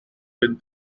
with